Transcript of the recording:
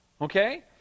Okay